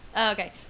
Okay